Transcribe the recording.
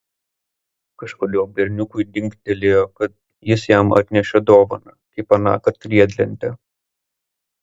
kažkodėl berniukui dingtelėjo kad jis jam atnešė dovaną kaip anąkart riedlentę